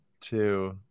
two